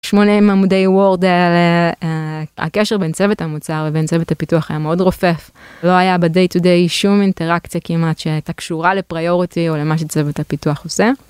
80 עמודי וורד על הקשר בין צוות המוצר ובין צוות הפיתוח היה מאוד רופף. לא היה ביומיום שום אינטראקציה כמעט שהייתה קשורה לסדרי עדיפויות או למה שצוות הפיתוח עושה.